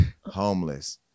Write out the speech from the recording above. homeless